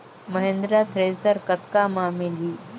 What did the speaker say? Mahindra thresher कतका म मिलही?